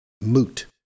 moot